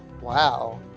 Wow